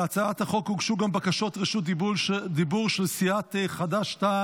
להצעת החוק הוגשו גם בקשות רשות דיבור של סיעת חד"ש-תע"ל.